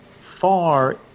far